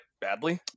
badly